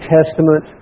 Testament